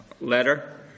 letter